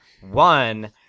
one